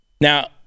now